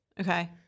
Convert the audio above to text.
Okay